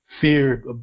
feared